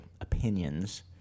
opinions